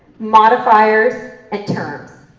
modifiers, and terms.